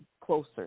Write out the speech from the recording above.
closer